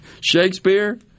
Shakespeare